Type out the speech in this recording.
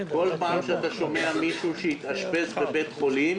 כל פעם שאתה שומע מישהו שהתאשפז בבית חולים,